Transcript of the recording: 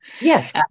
Yes